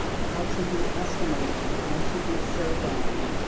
how to do estimating, how to do surveying.